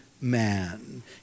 man